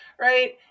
right